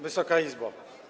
Wysoka Izbo!